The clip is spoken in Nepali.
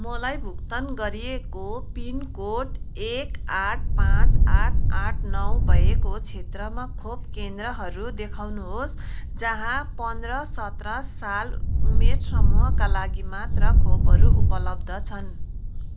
मलाई भुक्तान गरिएको पिनकोड एक आठ पाँच आठ आठ नौ भएको क्षेत्रमा खोप केन्द्रहरू देखाउनुहोस् जहाँ पन्ध्र सत्र साल उमेर समूहका लागि मात्र खोपहरू उपलब्ध छन्